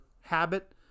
habit